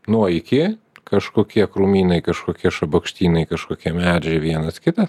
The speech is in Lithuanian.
nuo iki kažkokie krūmynai kažkokie šabakštynai kažkokie medžiai vienas kitas